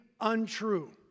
untrue